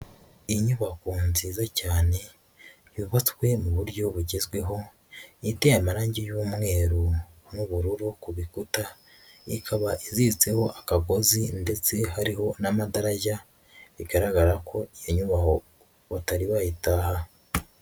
Inyubako nziza cyane yubatswe mu buryo bugezweho, iteye amarange y'umweru n'ubururu ku bikuta, ikaba iziritseho akagozi ndetse hariho n'amadarajya bigaragara ko iyo nyubako batari bayitaha.